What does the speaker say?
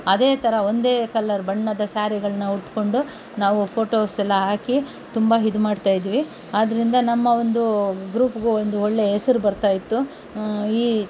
ಅದೇ ಥರ ಒಂದೇ ಕಲರ್ ಬಣ್ಣದ ಸ್ಯಾರಿಗಳನ್ನು ಉಟ್ಟುಕೊಂಡು ನಾವು ಫೋಟೋಸ್ ಎಲ್ಲ ಹಾಕಿ ತುಂಬ ಇದು ಮಾಡ್ತಾಯಿದ್ವಿ ಆದ್ದರಿಂದ ನಮ್ಮ ಒಂದು ಗ್ರೂಪ್ಗೂ ಒಂದು ಒಳ್ಳೆ ಹೆಸರು ಬರ್ತಾಯಿತ್ತು ಈ